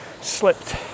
slipped